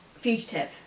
fugitive